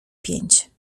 pięć